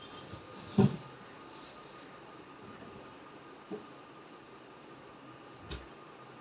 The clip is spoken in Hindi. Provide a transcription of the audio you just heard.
डहलिया भव्य फूल हैं जो गर्मियों के मध्य से शरद ऋतु तक खिलते हैं